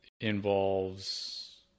involves